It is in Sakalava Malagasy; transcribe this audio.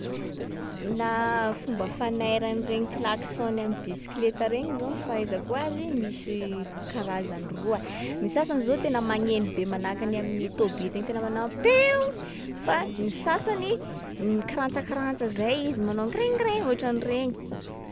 Na fomba fanairan’regny klaxon-ny amy bisikleta regny zao ny fahaizako azy, misy karazany roa: ny sasany zao tena magneno be manahaka ny amin’ny tômbily iny tena manao paim! Fa ny sasany, m- krantsakrantsa zay izy manao krinkrin!, ohatran’regny.